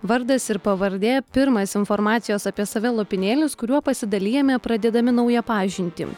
vardas ir pavardė pirmas informacijos apie save lopinėlis kuriuo pasidalijame pradėdami naują pažintį